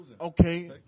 Okay